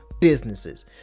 businesses